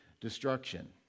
destruction